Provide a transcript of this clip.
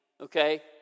okay